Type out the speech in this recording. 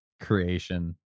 creation